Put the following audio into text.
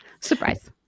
surprise